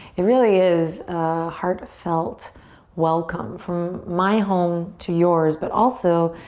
it really is a heartfelt welcome from my home to yours but also,